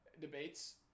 debates